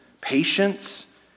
patience